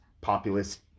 populist